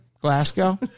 glasgow